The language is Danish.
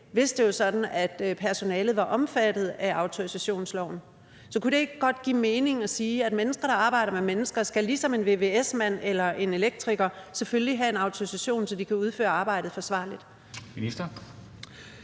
hvis det var sådan, at personalet var omfattet af autorisationsloven. Så kunne det ikke godt give mening at sige, at mennesker, der arbejder med mennesker, selvfølgelig – ligesom en vvs-mand eller en elektriker – skal have en autorisation, så de kan udføre arbejdet forsvarligt?